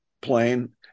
plane